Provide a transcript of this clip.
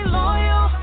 loyal